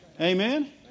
Amen